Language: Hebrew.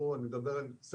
וזה גם לא מספיק,